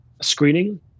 screening